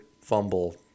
fumble